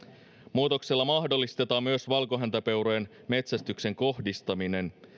muutoksella mahdollistetaan myös valkohäntäpeurojen metsästyksen kohdistaminen